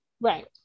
Right